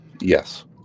Yes